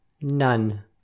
None